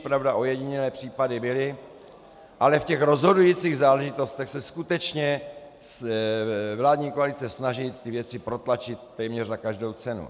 Pravda, ojedinělé případy byly, ale v těch rozhodujících záležitostech se skutečně vládní koalice snaží ty věci protlačit téměř za každou cenu.